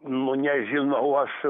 nu nežinau aš